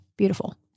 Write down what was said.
beautiful